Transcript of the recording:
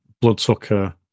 Bloodsucker